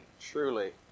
truly